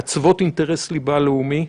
מעצבות אינטרס ליבה לאומי.